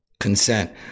Consent